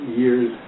years